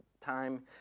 time